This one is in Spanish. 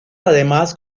además